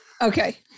Okay